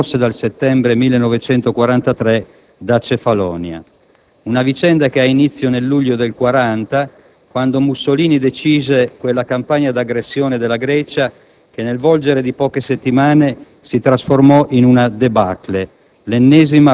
Prende le mosse dal settembre 1943, da Cefalonia. Una vicenda che ha inizio nel luglio del 1940, quando Mussolini decise quella campagna d'aggressione della Grecia che, nel volgere di poche settimane, si trasformò in una *débâcle*,